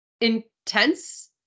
intense